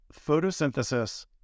photosynthesis